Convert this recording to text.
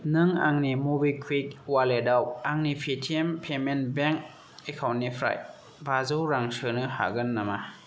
नों आंनि मबिक्वुइक अवालेटाव आंनि पेटिएम पेमेन्ट बेंक एकाउन्टनिफ्राय बाजौ रां सोनो हागोन नामा